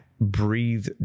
breathe